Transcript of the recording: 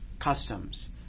customs